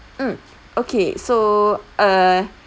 mm okay so err